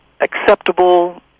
acceptable